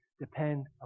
depend